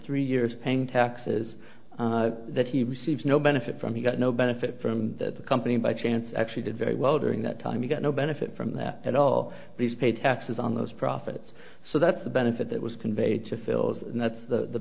three years paying taxes that he received no benefit from he got no benefit from the company by chance actually did very well during that time you get no benefit from that and all these pay taxes on those profits so that's a benefit that was conveyed to phil's and that's the